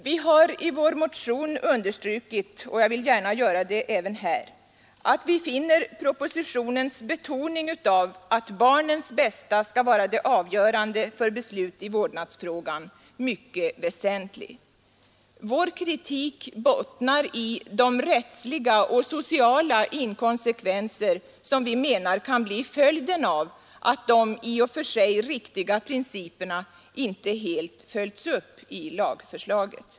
Vi har i vår motion understrukit — jag vill gärna göra det även här — att vi finner propositionens betoning av att barnens bästa skall vara det avgörande för beslut i vårdnadsfrågan mycket väsentlig. Vår kritik bottnar i de rättsliga och sociala inkonsekvenser ssom vi menar kan bli följden av att de i och för sig riktiga principerna inte helt följs upp i lagförslaget.